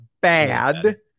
bad